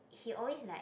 he always like